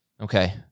Okay